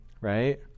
right